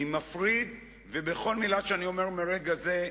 אני מפריד, ובכל מלה שאני אומר מרגע זה,